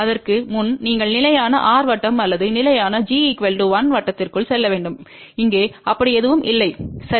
அதற்கு முன் நீங்கள் நிலையான r வட்டம் அல்லது நிலையான g 1 வட்டத்திற்கு செல்ல வேண்டும் இங்கே அப்படி எதுவும் இல்லை சரி